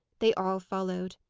they all followed.